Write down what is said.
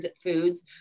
foods